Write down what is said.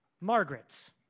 Margaret